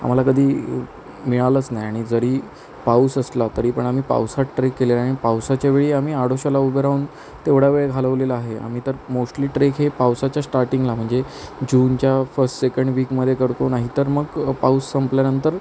आम्हाला कधी मिळालंच नाही आणि जरी पाऊस असला तरी पण आम्ही पावसात ट्रेक केले आणि पावसाच्यावेळी आम्ही आडोशाला उभं राहून तेवढा वेळ घालवलेला आहे आम्ही तर मोस्टली ट्रेक हे पावसाच्या स्टार्टिंगला म्हणजे जूनच्या फस्ट सेकंड विकमध्ये करतो नाही तर मग पाऊस संपल्यानंतर